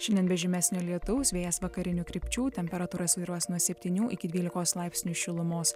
šiandien be žymesnio lietaus vėjas vakarinių krypčių temperatūra svyruos nuo septynių iki dvylikos laipsnių šilumos